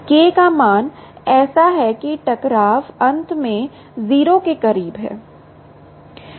K का मान ऐसा है कि टकराव अंत में 0 के करीब है